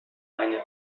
eine